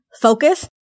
focus